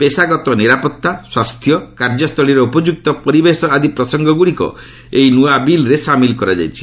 ପେଶାଗତ ନିରାପତ୍ତା ସ୍ୱାସ୍ଥ୍ୟ କାର୍ଯ୍ୟସ୍ଥଳୀରେ ଉପଯୁକ୍ତ ପରିବେଶ ଆଦି ପ୍ରସଙ୍ଗଗୁଡ଼ିକ ଏହି ନୂଆ ବିଲ୍ରେ ସାମିଲ କରାଯାଇଛି